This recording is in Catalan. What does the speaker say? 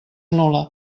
nul·la